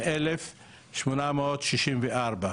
מ-1864.